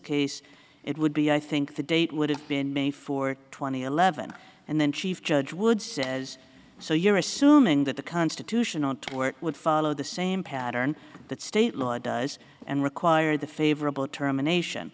case it would be i think the date would have been made for twenty eleven and then chief judge would says so you're assuming that the constitutional court would follow the same pattern that state law does and require the favorable termination